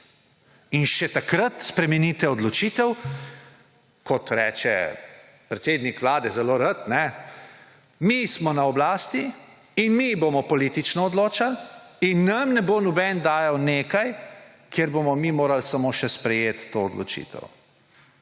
in še takrat spremenite odločitev. Kot reče predsednik vlade zelo rad: »Mi smo na oblasti in mi bomo politično odločali in nam ne bo noben dajal nekaj, kjer bomo mi morali samo še sprejeti to odločitev.«